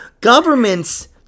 governments